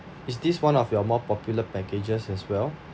is this one of your more popular packages as well